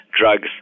drugs